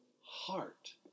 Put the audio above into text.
heart